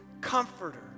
comforter